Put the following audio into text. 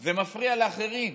זה מפריע לאחרים.